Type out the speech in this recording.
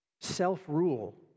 self-rule